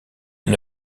une